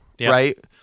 right